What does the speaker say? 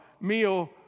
meal